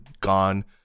gone